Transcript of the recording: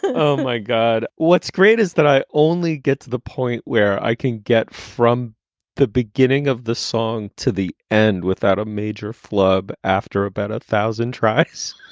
oh my god what's great is that i only get to the point where i can get from the beginning of the song to the end without a major flub. after about a thousand tries.